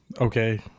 Okay